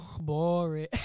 Boring